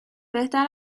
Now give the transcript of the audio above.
بهتر